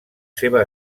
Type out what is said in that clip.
seva